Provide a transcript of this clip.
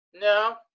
No